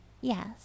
Yes